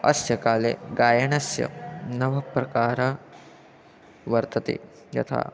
अस्य काले गायणस्य नवप्रकारः वर्तते यथा